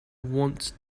want